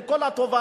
של כל התובענות,